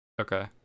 Okay